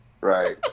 Right